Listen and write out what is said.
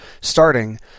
starting